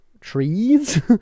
trees